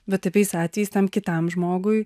bet tokiais atvejais tam kitam žmogui